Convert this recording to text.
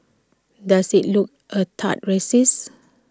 does IT look A tad racist